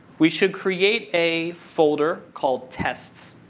we should create a folder called tests.